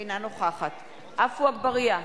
אינה נוכחת עפו אגבאריה,